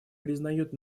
признает